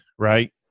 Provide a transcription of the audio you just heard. right